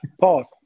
Pause